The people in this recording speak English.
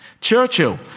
Churchill